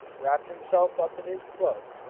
wrapped himself up in his cloak,